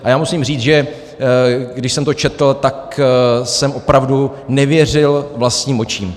A já musím říct, že když jsem to četl, tak jsem opravdu nevěřil vlastním očím.